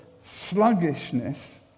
sluggishness